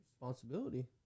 Responsibility